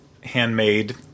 handmade